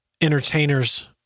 entertainers